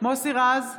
מוסי רז,